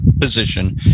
position